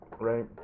Right